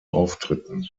auftritten